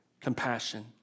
compassion